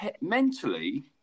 mentally